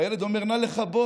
והילד אומר: נא לכבות